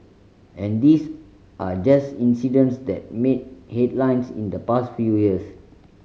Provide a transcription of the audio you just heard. and these are just incidents that made headlines in the past few years